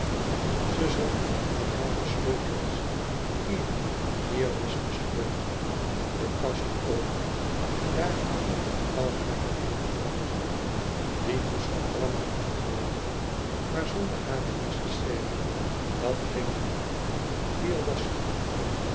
ze zocht naar hare sleutels hier hier was de sleutel de kast open daar hingen al hare arme toiletten die moest ze allemaal achterlaten maar zonder hare nécessaire dat ging niet hier was ze